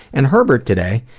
and herbert today,